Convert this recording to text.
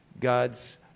God's